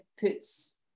puts